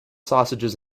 sausages